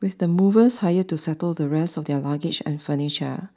with the movers hired to settle the rest of their luggage and furniture